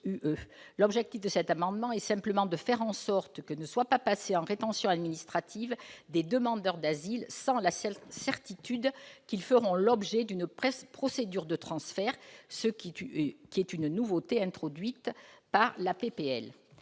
L'objet de cet amendement est simplement de faire en sorte que ne soient pas placés en rétention administrative des demandeurs d'asile sans que ceux-ci aient la certitude qu'ils feront l'objet d'une procédure de transfert, ce qui est une nouveauté introduite par la